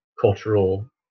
cultural